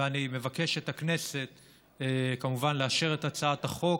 ואני מבקש מהכנסת כמובן לאשר את הצעת החוק,